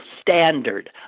standard